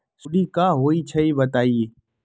सुडी क होई छई बताई?